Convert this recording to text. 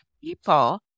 people